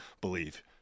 believe